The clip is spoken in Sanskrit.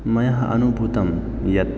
मया अनुभूतं यत्